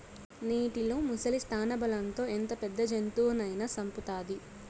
నీటిలో ముసలి స్థానబలం తో ఎంత పెద్ద జంతువునైనా సంపుతాది